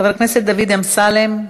חבר הכנסת דוד אמסלם,